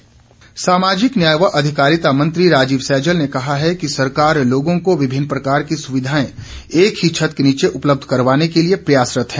राजीव सैजल सामाजिक न्याय व अधिकारिता मंत्री राजीव सैजल ने कहा है कि सरकार लोगों को विभिन्न प्रकार की सुविधाएं एक ही छत्त के नीचे उपलब्ध करवाने के लिए प्रयासरत है